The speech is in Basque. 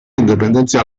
independentzia